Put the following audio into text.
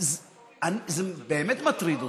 זה באמת מטריד אותי.